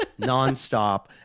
nonstop